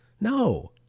no